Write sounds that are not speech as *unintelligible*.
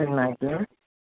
*unintelligible*